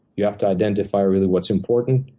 you have to identify really what's important,